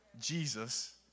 Jesus